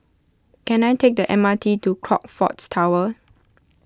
can I take the M R T to Crockfords Tower